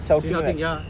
she shouting ya